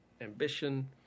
ambition